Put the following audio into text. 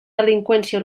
delinqüència